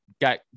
got